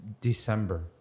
December